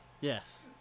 Yes